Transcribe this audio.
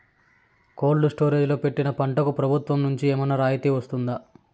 Cold storage లో పెట్టిన పంటకు ప్రభుత్వం నుంచి ఏమన్నా రాయితీ వస్తుందా?